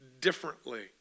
differently